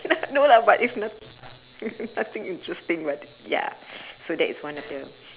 no lah but it's not nothing interesting but ya so that is one of the